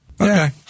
Okay